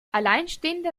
alleinstehende